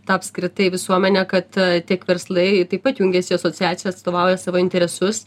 tą apskritai visuomenę kad tiek verslai taip pat jungiasi į asociaciją atstovauja savo interesus